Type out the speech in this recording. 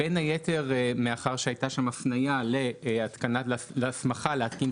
בין היתר מאחר שהייתה שם הסמכה להתקין תקנות